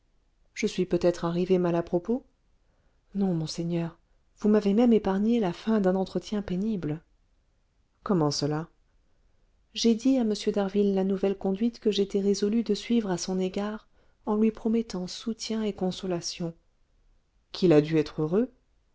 je suis peut-être arrivé mal à propos non monseigneur vous m'avez même épargné la fin d'un entretien pénible comment cela j'ai dit à m d'harville la nouvelle conduite que j'étais résolue de suivre à son égard en lui promettant soutien et consolation qu'il a dû être heureux